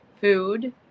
food